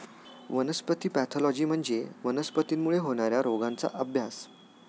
वनस्पती पॅथॉलॉजी म्हणजे वनस्पतींमुळे होणार्या रोगांचा अभ्यास